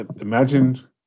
imagine